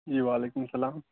جی وعلیکم السلام